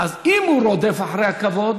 אז אם הוא רודף אחרי הכבוד,